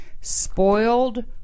spoiled